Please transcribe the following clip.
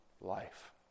life